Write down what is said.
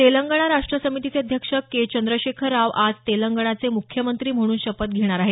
तेलंगणा राष्ट समितीचे अध्यक्ष के चंद्रशेखर राव आज तेलंगणाचे मुख्यमंत्री म्हणून शपथ घेणार आहेत